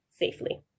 Safely